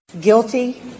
Guilty